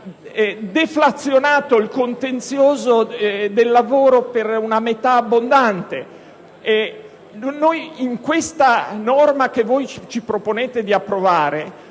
deflazionato il contenzioso del lavoro per una metà abbondante. Nella norma che voi ci proponete di approvare